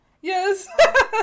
Yes